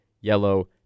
yellow